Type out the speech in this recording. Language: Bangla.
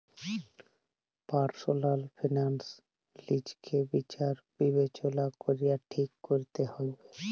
পার্সলাল ফিলান্স লিজকে বিচার বিবচলা ক্যরে ঠিক ক্যরতে হুব্যে